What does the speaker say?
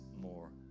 more